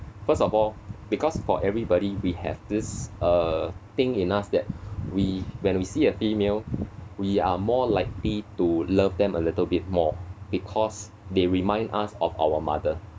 first of all because for everybody we have this uh thing in us that we when we see a female we are more likely to love them a little bit more because they remind us of our mother